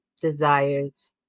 desires